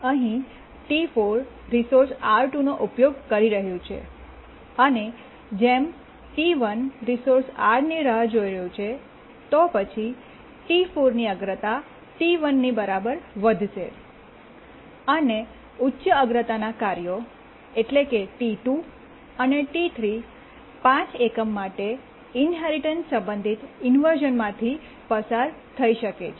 અહીં ટી4 resource R2 નો ઉપયોગ કરી રહ્યું છે અને જેમ ટી1 રિસોર્સની રાહ જોઈ રહ્યું છે તો પછી ટી4 ની અગ્રતા ટી1 ની બરાબર વધશે અને ઉચ્ચ અગ્રતાના કાર્યો એટલે કે ટી 2 અને ટી3 5 એકમ સમય માટે ઇન્હેરિટન્સ સંબંધિત ઇન્વર્શ઼નમાંથી પસાર થઈ શકે છે